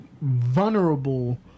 vulnerable